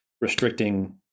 restricting